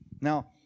Now